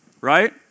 right